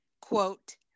quote